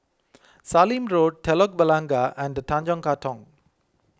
Sallim Road Telok Blangah and Tanjong Katong